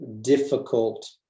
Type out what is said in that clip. difficult